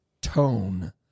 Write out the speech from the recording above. tone